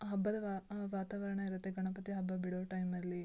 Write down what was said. ಹಬ್ಬದ ವಾ ವಾತವರಣ ಇರುತ್ತೆ ಗಣಪತಿ ಹಬ್ಬ ಬಿಡೋ ಟೈಮಲ್ಲೀ